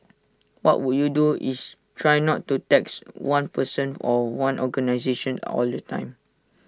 what would you do is try not to tax one person or one organisation all the time